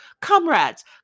Comrades